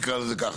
נקרא לזה ככה.